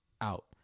out